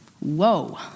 Whoa